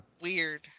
weird